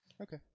Okay